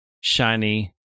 shiny